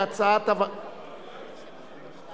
על שם החוק,